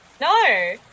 No